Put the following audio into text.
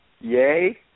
Yay